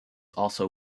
also